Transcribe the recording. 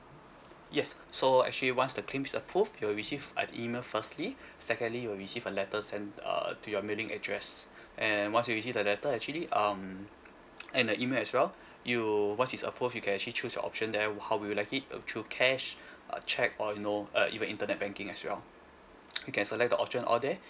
yes so actually once the claims is approved you will receive an email firstly secondly you'll receive a letter sent uh to your mailing address and once you receive the letter actually um in the email as well you once it's approved you can actually choose your option there how will you like it through cash uh check or you know uh even internet banking as well you can select the option all there